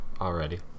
already